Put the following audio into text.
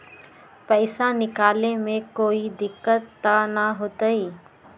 पैसा निकाले में कोई दिक्कत त न होतई?